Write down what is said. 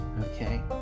Okay